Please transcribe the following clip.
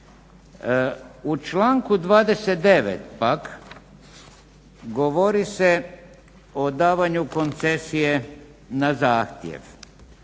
U članku 29. pak govori se o davanju koncesije na zahtjev.